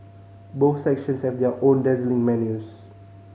both sections have their own dazzling menus